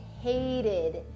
hated